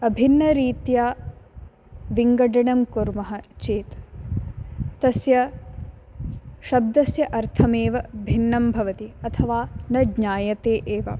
अभिन्नरीत्या विङ्गडनं कुर्मः चेत् तस्य शब्दस्य अर्थमेव भिन्नं भवति अथवा न ज्ञायते एव